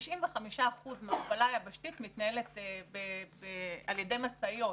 95% מההובלה היבשתית מתנהלת על ידי משאיות,